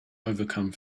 overcome